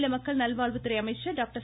மாநில மக்கள் நல்வாழ்வுத்துறை அமைச்சர் டாக்டர்